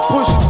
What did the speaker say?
Push